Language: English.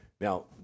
Now